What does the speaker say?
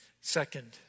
Second